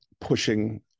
pushing